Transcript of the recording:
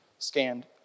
Scanned